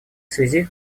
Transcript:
связи